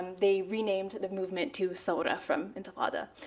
they renamed the movement to so but from intifada.